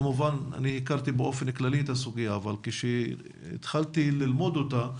אני כמובן הכרתי באופן כללי את הנושא אבל כשהתחלתי ללמוד אותו,